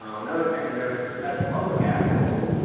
um another thing to notice is as public assets,